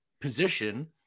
position